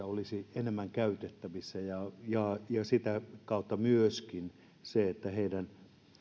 olisi enemmän käytettävissä ja jotta sitä kautta myöskin heidän